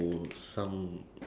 E_D_M still around but